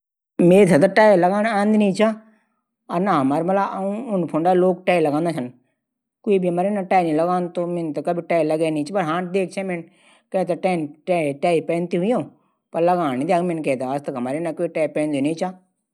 हमरू देश लोग सबसे ज्यादा क्रिकेट दिखण पंशद करदन जब भी क्रिकेट मैच शुरू हूदू सरा देश इन रैंदू की चाहे वन डे चाहे test match T twenty match cricket थै ज्यादा पःसद करदन अन्य खेलो थै भी पंसद करदन पर ज्यादा क्रिकेट सबसे ज्यादा पःसद करै जांदू